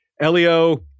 Elio